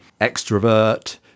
extrovert